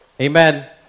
Amen